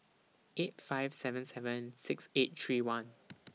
eight five seven seven six eight three one